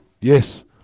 yes